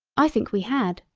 i think we had.